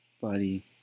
Buddy